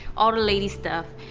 all the lady stuff,